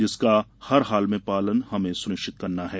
जिसका हर हाल में पालन हमें सुनिश्चित करना हैं